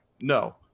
no